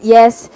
Yes